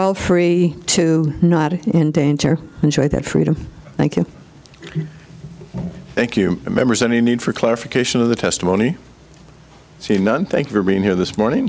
all free to not in danger enjoy that freedom thank you thank you members any need for clarification of the testimony see none thanks for being here this morning